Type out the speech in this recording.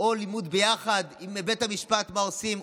או לימוד ביחד עם בית המשפט מה עושים,